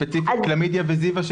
ספציפית כלמידיה וזיבה,